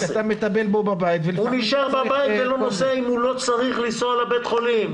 הוא נשאר בבית והוא לא נוסע אם הוא לא צריך לנסוע לבית חולים.